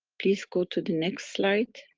please go to the next slide.